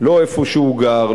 לא איפה שהוא גר,